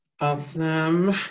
Awesome